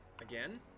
Again